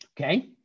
Okay